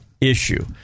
issue